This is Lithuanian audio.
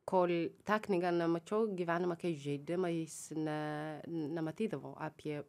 kolei tą knygą nemačiau gyvenimą kai žaidimais ne nematydavau apie